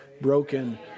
broken